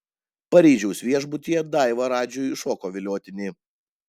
paryžiaus viešbutyje daiva radžiui šoko viliotinį